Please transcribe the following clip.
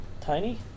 Tiny